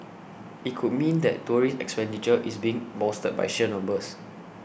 it could mean that tourist expenditure is being bolstered by sheer numbers